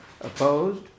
Opposed